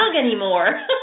anymore